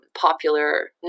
popular